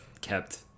kept